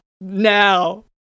Now